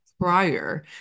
prior